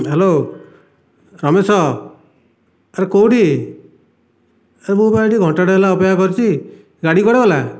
hello Ramesh ଆରେ କେଉଁଠି ଆରେ ମୁଁ ବା ଏଇଠି ଘଣ୍ଟାଟା ହେଲା ଅପେକ୍ଷା କରିଛି ଗାଡ଼ି କୁଆଡ଼େ ଗଲା